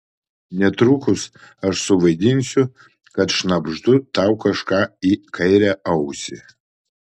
netrukus aš suvaidinsiu kad šnabždu tau kažką į kairę ausį